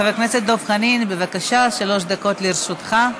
חבר הכנסת דב חנין, בבקשה, שלוש דקות לרשותך.